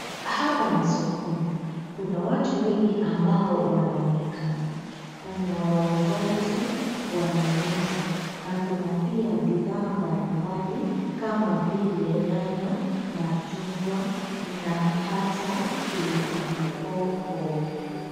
Hapa ni sokoni, kuna watu wengi ambao wanaonekana kuna wauzaji, wanunuzi na kuna pia bidhaa mbalimbali kama vile nyanya, machungwa na ata pilipili hoho.